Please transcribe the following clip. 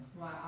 Wow